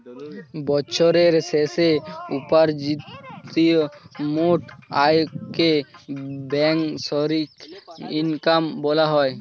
বছরের শেষে উপার্জিত মোট আয়কে বাৎসরিক ইনকাম বলা হয়